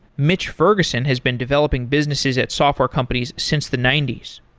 mitch ferguson has been developing businesses at software companies since the ninety s.